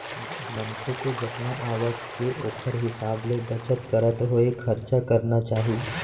मनखे के जतना आवक के ओखर हिसाब ले बचत करत होय खरचा करना चाही